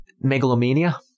megalomania